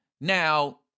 Now